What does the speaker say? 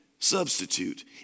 substitute